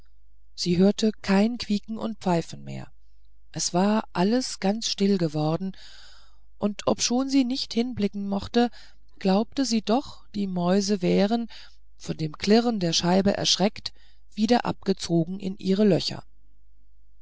sie hörte kein quieken und pfeifen mehr es war alles ganz still geworden und obschon sie nicht hinblicken mochte glaubte sie doch die mäuse wären von dem klirren der scheibe erschreckt wieder abgezogen in ihre löcher